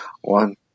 one